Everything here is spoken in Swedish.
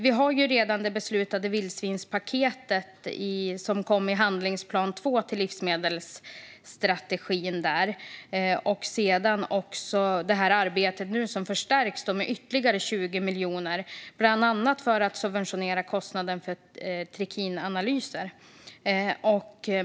Vi har ju redan det beslutade vildsvinspaketet, som kom i handlingsplan 2 för livsmedelsstrategin. Arbetet förstärks nu med ytterligare 20 miljoner, bland annat för att subventionera kostnaden för trikinanalyser.